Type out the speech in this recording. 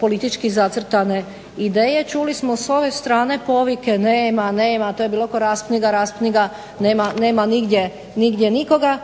politički zacrtane ideje. Čuli smo s ove strane povike "nema, nema", to je bilo kao "raspni ga, raspni ga" nema nigdje nikoga.